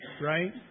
right